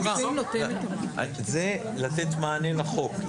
זה לתת מענה לחוק.